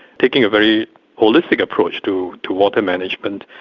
taking a very holistic approach to to water management,